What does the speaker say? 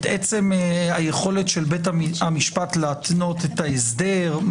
את עצם היכולת של בית המשפט להתנות את ההסדר?